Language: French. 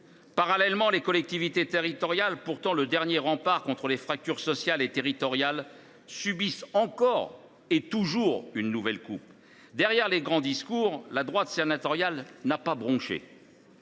Parallèlement, les collectivités territoriales, qui forment pourtant le dernier rempart contre les fractures sociales et territoriales, subissent, encore et toujours, une nouvelle coupe. Derrière les grands discours, la droite sénatoriale n’a pas bronché.